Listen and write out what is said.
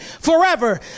forever